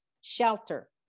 shelter